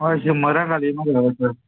हय शंबरांक घालीया मरे